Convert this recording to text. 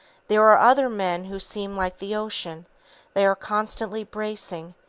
there are other men who seem like the ocean they are constantly bracing,